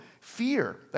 fear